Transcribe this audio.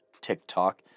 TikTok